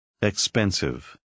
expensive